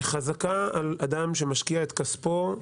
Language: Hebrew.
חזקה על אדם שמשקיע את כספו,